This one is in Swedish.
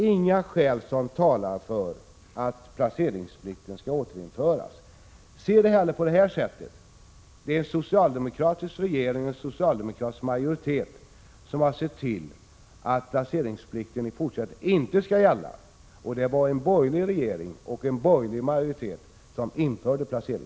Inga skäl talar för att placeringsplikten skulle återinföras. Betrakta det hellre på detta sätt: Det är en socialdemokratisk regering och en socialdemokratisk majoritet som har sett till att placeringsplikten i fortsättningen inte skall gälla. Det var en borgerlig regering och en borgerlig majoritet som införde den.